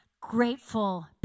grateful